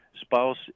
spouse